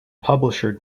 publisher